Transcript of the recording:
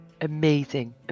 Amazing